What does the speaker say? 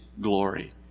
glory